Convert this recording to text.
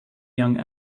young